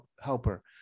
helper